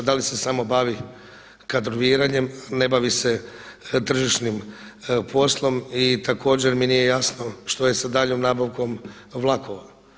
Da li se samo bavi kadroviranjem, a ne bavi se tržišnim poslom i također mi nije jasno što je sa daljinom nabavkom vlakova?